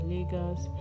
Lagos